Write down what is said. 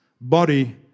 body